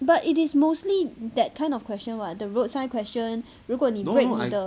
but it is mostly that kind of question what the roadside question 如果你 break 你的